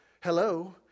Hello